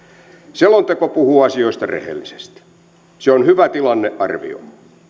selonteko puhuu asioista rehellisesti se on hyvä tilannearvio